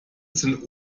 sind